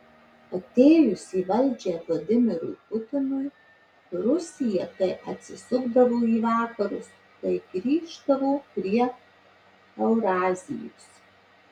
atėjus į valdžią vladimirui putinui rusija tai atsisukdavo į vakarus tai grįždavo prie eurazijos